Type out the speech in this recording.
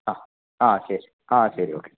ആ ആ ശരി ആ ശരി ഓക്കെ